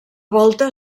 volta